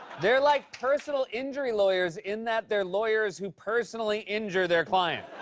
they're like personal injury lawyers in that they're lawyers who personally injure their client.